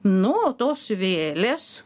nu o tos vėlės